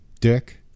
dick